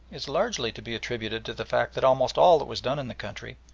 is largely to be attributed to the fact that almost all that was done in the country,